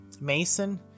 Mason